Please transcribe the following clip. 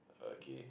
okay